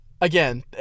again